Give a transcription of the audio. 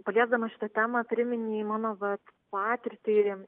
paliesdamas šitą temą priminei mano vat patirtį